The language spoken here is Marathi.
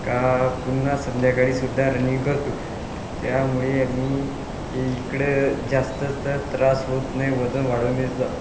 का पुन्हा संध्याकाळी सुद्धा रनिंग करतो त्यामुळे मी इकडं जास्त तर त्रास होत नाही वजन वाढवण्याचा